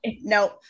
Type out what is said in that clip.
no